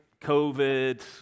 COVID